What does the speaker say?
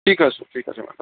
ঠিক আছে ঠিক আছে ম্যাাম